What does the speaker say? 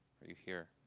are you here?